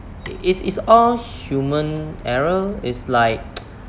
it's it's all human error it's like